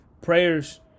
Prayers